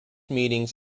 meetings